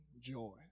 joy